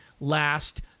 last